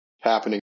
happening